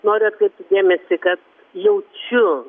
noriu atkreipti dėmesį kad jaučiu